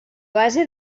base